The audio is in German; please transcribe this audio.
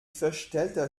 verstellter